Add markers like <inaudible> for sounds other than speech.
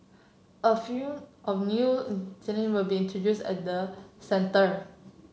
a few of new <unintelligible> will be introduced at the centre